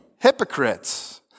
hypocrites